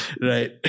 right